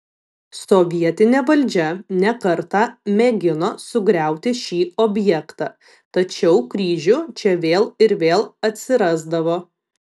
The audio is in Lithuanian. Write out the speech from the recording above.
sovietinė valdžia ne kartą mėgino sugriauti šį objektą tačiau kryžių čia vėl ir vėl atsirasdavo